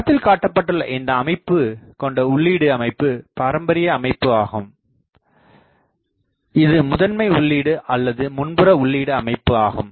படத்தில் காட்டப்பட்டுள்ள இந்த அமைப்பு கொண்ட உள்ளீடு அமைப்பு பாரம்பரிய அமைப்பு ஆகும் இது முதன்மை உள்ளீடு அல்லது முன்புற உள்ளீடு அமைப்பு ஆகும்